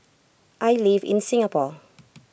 I live in Singapore